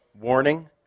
warning